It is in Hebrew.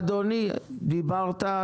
אדוני, דיברת.